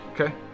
okay